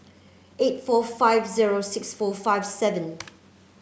eight four five zero six four five seven